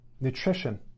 Nutrition